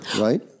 right